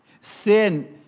Sin